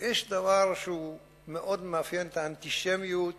יש דבר שמאוד מאפיין את האנטישמיות